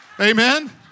Amen